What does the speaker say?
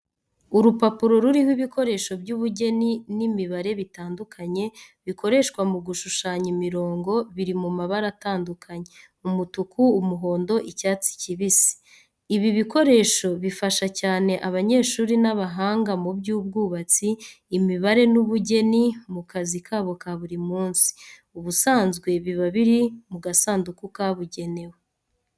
Urupapuro ruriho ibikoresho by’ubugeni n’imibare bitandukanye, bikoreshwa mu gushushanya imirongo biri mu mabara atandukanye, umutuku, umuhondo, icyatsi kibisi. Ibi bikoresho bifasha cyane abanyeshuri n’abahanga mu by’ubwubatsi, imibare n’ubugeni mu kazi kabo ka buri munsi. Ubusanzwe biba biri mu gasanduku kabugenewe.